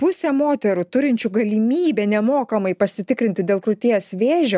pusė moterų turinčių galimybę nemokamai pasitikrinti dėl krūties vėžio